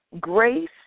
Grace